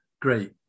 great